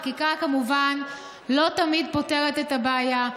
חקיקה כמובן לא תמיד פותרת את הבעיה.